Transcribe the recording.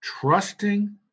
trusting